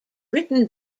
written